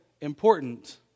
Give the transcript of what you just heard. important